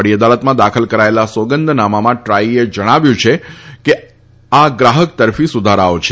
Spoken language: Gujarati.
વડી અદાલતમાં દાખલ કરેલા સોગંદનામામાં ટ્રાઇએ જણાવ્યું છે કે આ ગ્રાહક તરફી સુધારાઓ છે